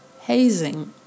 hazing